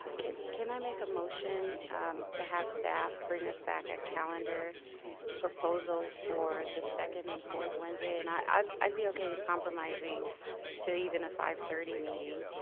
can can i make a motion to have staff bring us back a calendar proposal for the second and fourth wednesday? and i'd i'd be okay with comprising to even a five thirty meeting,